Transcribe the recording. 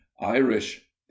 irish